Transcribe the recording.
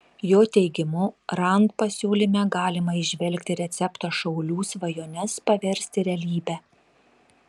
jo teigimu rand pasiūlyme galima įžvelgti receptą šaulių svajones paversti realybe